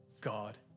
God